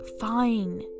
fine